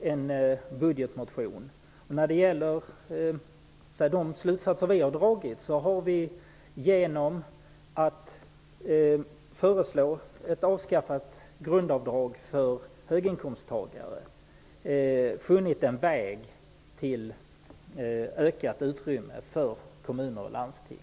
en budgetmotion. Vi har genom att föreslå avskaffande av grundavdraget för höginkomsttagarna funnit en väg till ökat ekonomiskt utrymme för kommuner och landsting.